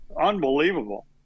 unbelievable